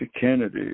Kennedy